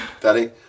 Daddy